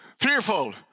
fearful